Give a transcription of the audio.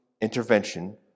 intervention